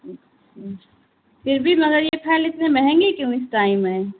پھر بھی مگر یہ پھل اتنے مہنگے کیوں اس ٹائم ہیں